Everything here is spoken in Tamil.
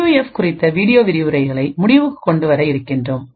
பியூஎஃப் குறித்த வீடியோ விரிவுரைகளை முடிவுக்கு கொண்டுவர இருக்கின்றோம்